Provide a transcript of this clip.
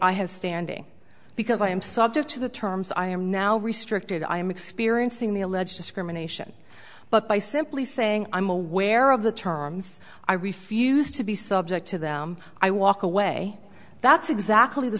i have standing because i am subject to the terms i am now restricted i am experiencing the alleged discrimination but by simply saying i'm aware of the terms i refused to be subject to them i walk away that's exactly the